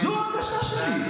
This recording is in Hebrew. זו ההרגשה שלי.